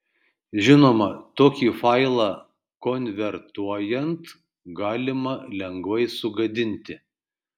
žinoma tokį failą konvertuojant galima lengvai sugadinti